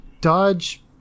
dodge